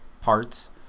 parts